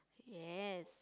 yes